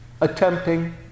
attempting